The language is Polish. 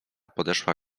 podeszła